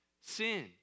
sin